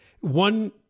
One